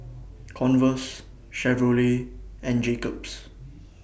Converse Chevrolet and Jacob's